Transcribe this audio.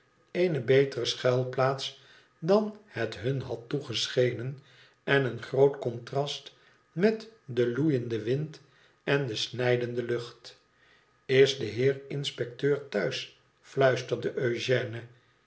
eene betere schuilplaats dan het hun had toegeschenen en een groot contrast met den loeienden wind en de snijdende lucht is de heer inspecteur thuis fluisterde eugène